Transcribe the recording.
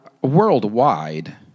worldwide